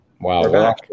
Wow